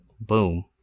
Boom